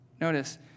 notice